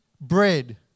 bread